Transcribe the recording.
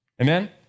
amen